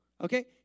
okay